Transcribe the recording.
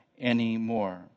anymore